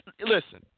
listen